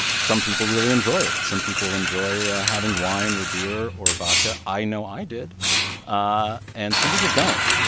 some people really enjoy it. some people enjoy ah having wine or beer or vodka i know i did ah and some people don't.